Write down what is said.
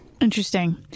Interesting